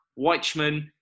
Weichman